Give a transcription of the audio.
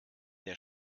der